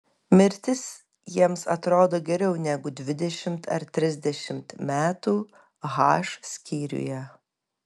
mirtis jiems atrodo geriau negu dvidešimt ar trisdešimt metų h skyriuje